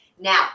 Now